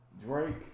Drake